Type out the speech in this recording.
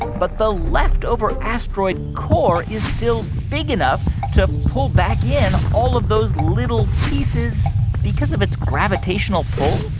but the leftover asteroid core is still big enough to pull back in all of those little pieces because of its gravitational pull?